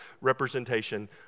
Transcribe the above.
representation